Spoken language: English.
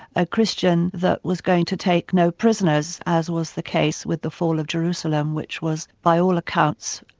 a christian that was going to take no prisoners, as was the case with the fall of jerusalem, which was by all accounts,